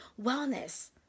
wellness